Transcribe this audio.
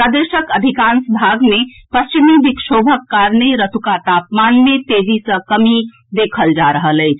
प्रदेशक अधिकांश भाग मे पश्चिमी विक्षोभक कारणे रातिक तापमान मे तेजी सँ कमी देखल जा रहल अछि